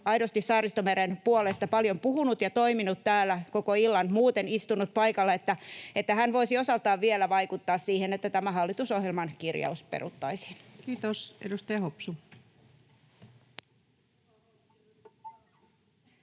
aidosti Saaristomeren puolesta paljon puhunut ja toiminut täällä koko illan, muuten istunut paikalla, niin hän voisi osaltaan vielä vaikuttaa siihen, että tämä hallitusohjelman kirjaus peruttaisiin. Kiitos. — Edustaja Hopsu.